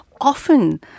often